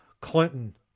Clinton